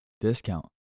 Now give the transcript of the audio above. discount